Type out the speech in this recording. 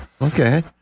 Okay